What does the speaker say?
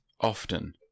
Often